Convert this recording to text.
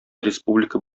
республика